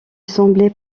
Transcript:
semblait